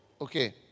Okay